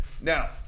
Now